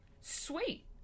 Sweet